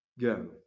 Go